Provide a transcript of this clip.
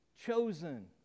chosen